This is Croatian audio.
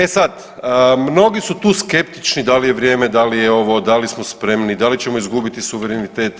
E sad, mnogi su tu skeptični da li je vrijeme, da li je ovo, da li smo spremni, da li ćemo izgubiti suverenitet